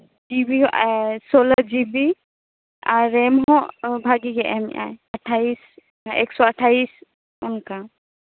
ᱴᱤᱵᱤᱭᱳ ᱥᱳᱞᱳ ᱡᱤᱵᱤ ᱟᱨ ᱨᱮᱢ ᱦᱚᱸ ᱵᱷᱟᱹᱜᱤ ᱜᱮ ᱮᱢ ᱮᱜ ᱟᱭ ᱮᱠᱥᱳ ᱟᱴᱷᱟᱥ ᱚᱱᱠᱟ